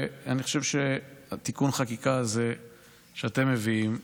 אני חושב שתיקון החקיקה הזה שאתם מביאים,